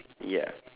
ya